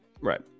Right